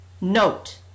note